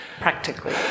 practically